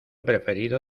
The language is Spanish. preferido